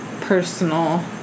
personal